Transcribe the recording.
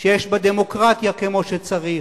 שיש בה דמוקרטיה כמו שצריך,